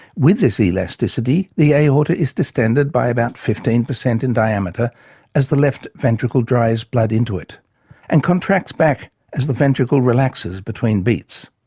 with this elasticity, the aorta is distended by about fifteen percent in diameter as the left ventricle drives blood into it and contracts back as the ventricle relaxes between beats.